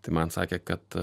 tai man sakė kad